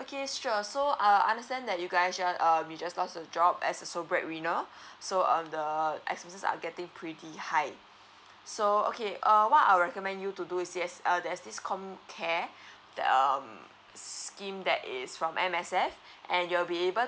okay sure so uh I understand that you guys shall err you just lost a job as a sole breadwinner so um the expenses are getting pretty high so okay err what I'll recommend you to do is yes err there's this com care that um scheme that is from M_S_F and you'll be able to